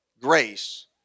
grace